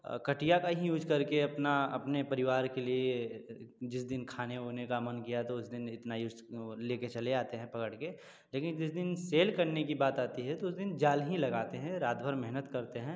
कटिया का ही यूज करके अपना अपने परिवार के लिए जिस दिन खाने उने का मन किया तो इतना उस ले कर चले आते हैं पकड़ के लेकिन जिस दिन सेल करने की बात आती है तो उस दिन जाल ही लगाते हैँ रात भर मेहनत करते हैं